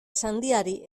sandiari